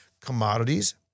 commodities